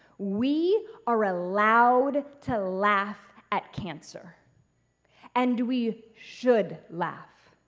we are allowed to laugh at cancer and we should laugh.